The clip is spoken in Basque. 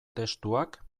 testuak